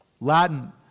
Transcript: Latin